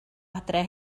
adre